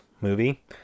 movie